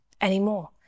anymore